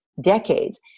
decades